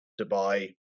Dubai